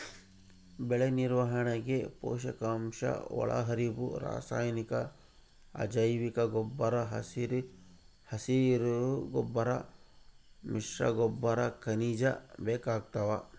ಬೆಳೆನಿರ್ವಹಣೆಗೆ ಪೋಷಕಾಂಶಒಳಹರಿವು ರಾಸಾಯನಿಕ ಅಜೈವಿಕಗೊಬ್ಬರ ಹಸಿರುಗೊಬ್ಬರ ಮಿಶ್ರಗೊಬ್ಬರ ಖನಿಜ ಬೇಕಾಗ್ತಾವ